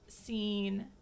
scene